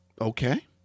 Okay